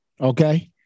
Okay